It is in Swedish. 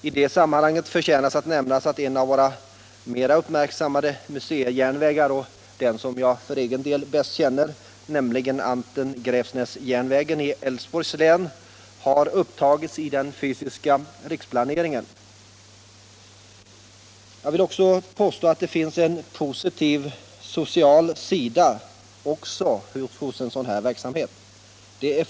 I det sammanhanget förtjänar att nämnas att en av våra mera uppmärksammade museijärnvägar — det är också den som jag för egen del bäst känner till — nämligen Anten-Gräfsnäs-järnvägen inom Älvsborgs län, har upptagits i den fysiska riksplaneringen. Jag vill också påstå att det finns en positiv social sida hos den järnvägsmuseala verksamheten.